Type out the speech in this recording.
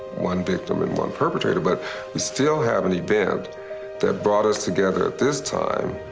one victim and one perpetrator, but we still have an event that brought us together at this time.